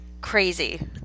crazy